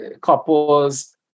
couples